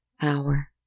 hour